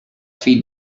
feed